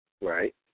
right